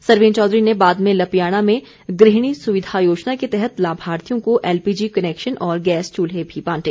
सरवीण चौधरी ने बाद में लपियाणा में गृहिणी सुविधा योजना के तहत लाभार्थियों को एलपीजी कनैक्शन और गैस चूल्हे भी बांटे